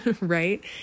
right